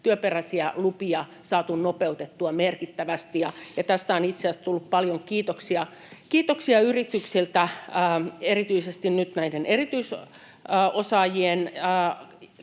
työperäisiä lupia saatu nopeutettua merkittävästi. Tästä on itse asiassa tullut paljon kiitoksia yrityksiltä. Erityisesti nyt näitten erityisosaajien